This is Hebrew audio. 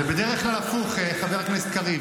זה בדרך כלל הפוך, חבר הכנסת קריב.